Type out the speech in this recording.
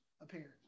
appearance